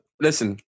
listen